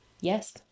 Yes